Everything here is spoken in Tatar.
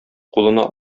кулына